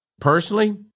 Personally